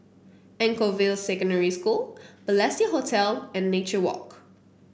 Anchorvale Secondary School Balestier Hotel and Nature Walk